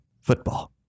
football